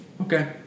Okay